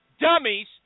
dummies